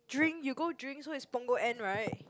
drink you go drink so its Punggol end right